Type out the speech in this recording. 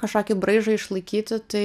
kažkokį braižą išlaikyti tai